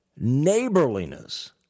neighborliness